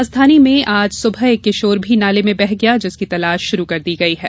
राजधानी में आज सुबह एक किशोर भी नाले में बह गया जिसकी तलाश शुरू कर दी गई है